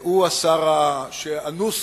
הוא השר שאנוס